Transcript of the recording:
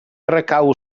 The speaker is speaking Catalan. recau